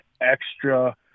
extra